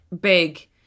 Big